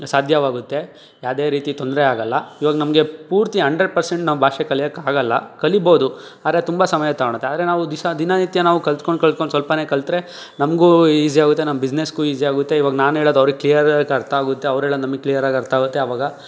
ಸಾಧ್ಯವಾಗುತ್ತೆ ಯಾವುದೇ ರೀತಿ ತೊಂದರೆ ಆಗಲ್ಲ ಇವಾಗ ನಮಗೆ ಪೂರ್ತಿ ಅಂಡ್ರೆಡ್ ಪರ್ಸೆಂಟ್ ನಾವು ಭಾಷೆ ಕಲ್ಯೋಕೆ ಆಗಲ್ಲ ಕಲಿಬೋದು ಆದರೆ ತುಂಬ ಸಮಯ ತಗೊಳ್ಳುತ್ತೆ ಆದರೆ ನಾವು ದಿನ ದಿನನಿತ್ಯ ನಾವು ಕಲ್ತ್ಕೊಂಡು ಕಲ್ತ್ಕೊಂಡು ಸ್ವಲ್ಪನೇ ಕಲಿತ್ರೆ ನಮಗೂ ಈಸಿಯಾಗುತ್ತೆ ನಮ್ಮ ಬಿಸ್ನೆಸ್ಗು ಈಸಿಯಾಗುತ್ತೆ ಇವಾಗ ನಾನು ಹೇಳೋದು ಅವ್ರಿಗೆ ಕ್ಲಿಯರಾಗಿ ಅರ್ಥ ಆಗುತ್ತೆ ಅವ್ರು ಹೇಳೋದು ನಮಗೆ ಕ್ಲಿಯರಾಗಿ ಅರ್ಥ ಆಗುತ್ತೆ ಆವಾಗ